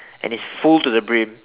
and it's full to the brim